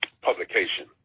publication